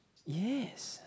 yes